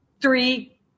three